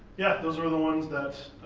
yeah, those were the ones that,